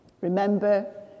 Remember